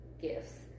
gifts